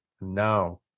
now